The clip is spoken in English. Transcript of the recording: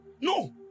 No